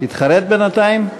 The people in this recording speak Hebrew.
התחרט בינתיים?